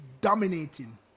dominating